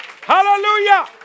Hallelujah